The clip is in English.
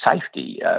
safety